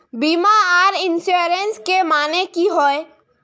बीमा आर इंश्योरेंस के माने की होय?